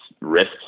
risks